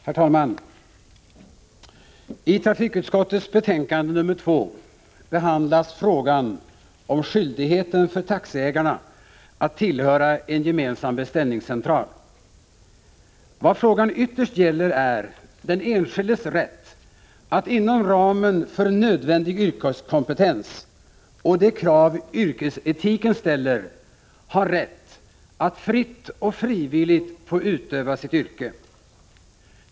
Herr talman! I trafikutskottets betänkande nr 2 behandlas frågan om skyldigheten för taxiägarna att tillhöra en gemensam beställningscentral. Vad frågan ytterst gäller är den enskildes rätt att inom ramen för nödvändig yrkeskompetens och de krav yrkesetiken ställer fritt och frivilligt få utöva sitt yrke.